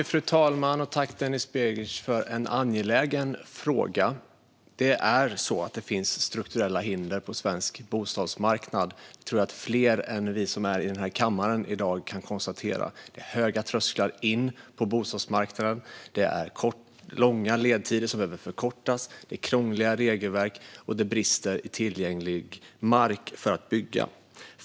Fru talman! Tack, Denis Begic, för en angelägen fråga! Det finns strukturella hinder på svensk bostadsmarknad. Det tror jag att fler än vi som är i den här kammaren i dag kan konstatera. Det är höga trösklar in till bostadsmarknaden. Det är långa ledtider som behöver förkortas. Det är krångliga regelverk, och det är brist på tillgänglig mark att bygga på.